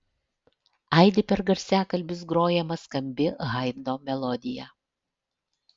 aidi per garsiakalbius grojama skambi haidno melodija